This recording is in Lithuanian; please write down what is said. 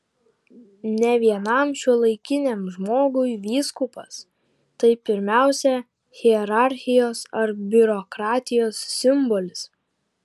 ne vienam šiuolaikiniam žmogui vyskupas tai pirmiausia hierarchijos ar biurokratijos simbolis